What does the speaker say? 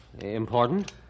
Important